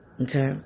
Okay